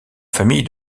famille